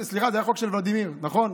סליחה, זה היה חוק של ולדימיר, נכון.